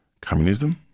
Communism